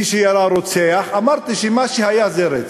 מי שירה, רוצח, אמרתי שמה שהיה זה רצח.